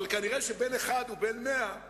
אבל בין אחד למאה,